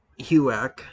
HUAC